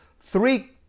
Three